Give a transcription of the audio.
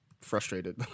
frustrated